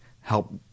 help